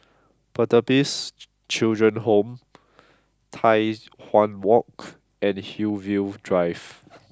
Pertapis Children Home Tai Hwan Walk and Hillview Drive